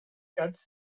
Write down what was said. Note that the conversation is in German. ganz